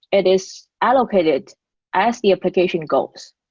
it is allocated as the application goes.